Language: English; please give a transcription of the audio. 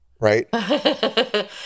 Right